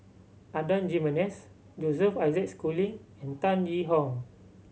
Adan Jimenez Joseph Isaac Schooling and Tan Yee Hong